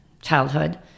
childhood